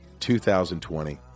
2020